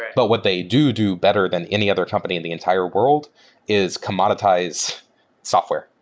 but what they do do better than any other company in the entire world is commoditize software,